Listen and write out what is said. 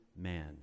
man